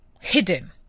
hidden